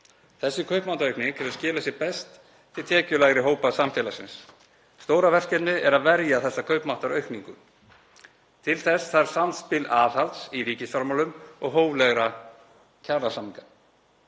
Þessi kaupmáttaraukning hefur skilað sér best til tekjulægri hópa samfélagsins. Stóra verkefnið er að verja þessa kaupmáttaraukningu og til þess þarf samspil aðhalds í ríkisfjármálum og hóflegra kjarasamninga.